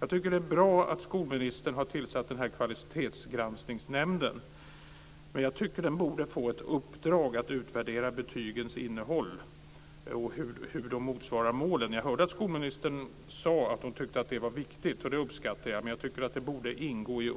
Jag tycker att det är bra att skolministern har tillsatt kvalitetsgranskningsnämnden, men jag tycker att den borde få i uppdrag att utvärdera betygens innehåll och hur de motsvarar målen. Jag hörde att skolministern sade att hon tycker att det är viktigt, och det uppskattar jag. Men jag tycker att det borde ingå i